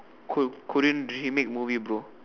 ko~ Korean remake movie bro